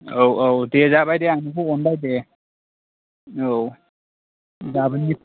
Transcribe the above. औ औ दे जाबाय दे आं नोंखौ अनबाय दे औ